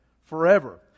forever